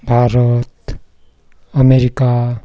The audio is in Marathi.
भारत अमेरिका